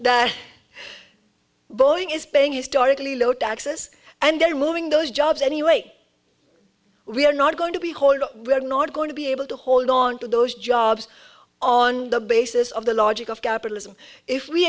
that boeing is paying historically low taxes and they are moving those jobs anyway we are not going to be hold we're not going to be able to hold onto those jobs on the basis of the logic of capitalism if we